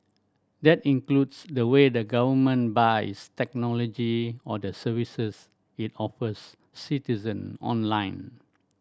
that includes the way the government buys technology or the services it offers citizen online